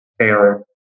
Taylor